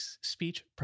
speech